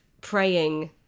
praying